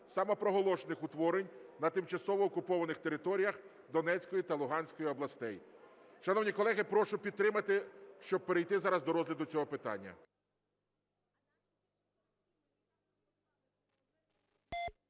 самопроголошених утворень на тимчасово окупованих територіях Донецької та Луганської областей. Шановні колеги, прошу підтримати. Щоб перейти зараз до розгляду цього питання.